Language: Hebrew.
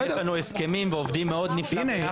מחזירים כי יש לנו הסכמים ואנחנו עובדים ממש נפלא יחד.